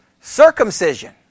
Circumcision